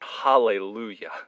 Hallelujah